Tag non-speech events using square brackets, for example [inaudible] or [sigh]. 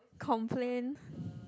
complain [breath]